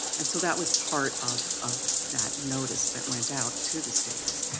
and so that was part of of that notice that went out to the states.